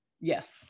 Yes